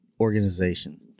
organization